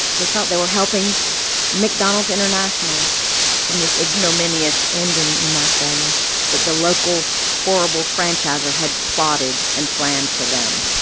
they felt they were helping mcdonald's international from this ignominious ending in marseilles that the local, horrible franchisor had plotted and planned for them